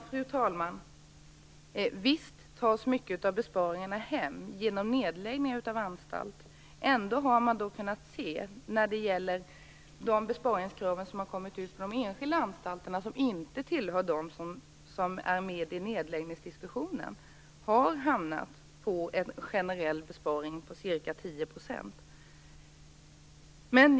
Fru talman! Visst tas en stor del av besparingarna hem genom nedläggning av anstalter. Men man har kunnat se att de enskilda anstalter som inte är med i nedläggningsdiskussionen har hamnat på en generell besparing på ca 10 %.